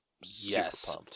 Yes